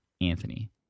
Anthony